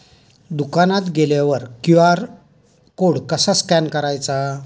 दुकानात गेल्यावर QR code कसा स्कॅन करायचा?